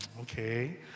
okay